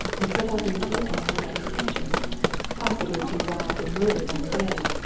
and set off in the evening with that intention possibly to be robbed and murdered on the way.